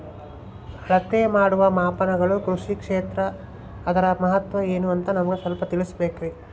ಅಳತೆ ಮಾಡುವ ಮಾಪನಗಳು ಕೃಷಿ ಕ್ಷೇತ್ರ ಅದರ ಮಹತ್ವ ಏನು ಅಂತ ನಮಗೆ ಸ್ವಲ್ಪ ತಿಳಿಸಬೇಕ್ರಿ?